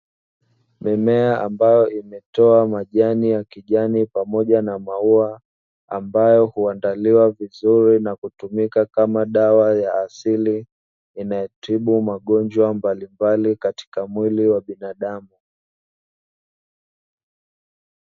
Mimea ambayo imetoa majani ya kijani pamoja na maua ambayo huandaliwa vizuri na kutumika kama dawa ya asili inayotibu magonjwa mbalimbali katika mwili wa binadamu.